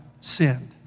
sinned